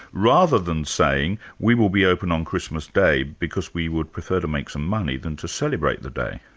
rather than saying, we will be open on christmas day because we would prefer to make some money than to celebrate the day.